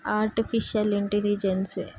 artificial intelligence